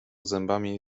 zębami